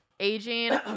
aging